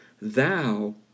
Thou